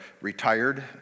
retired